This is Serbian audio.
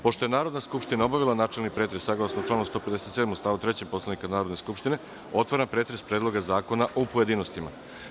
Pošto je Narodna skupština obavila načelni pretres, saglasno članu 157. stavu 3. Poslovnika Narodne skupštine, otvaram pretres Predloga zakona u pojedinostima.